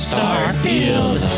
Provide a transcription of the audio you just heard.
Starfield